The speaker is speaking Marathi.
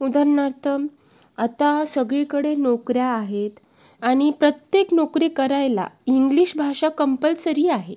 उदाहरणार्थ आता सगळीकडे नोकऱ्या आहेत आणि प्रत्येक नोकरी करायला इंग्लिश भाषा कम्पल्सरी आहे